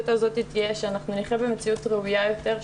שאנחנו נחיה במציאות ראויה יותר,